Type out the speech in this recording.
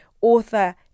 author